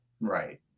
Right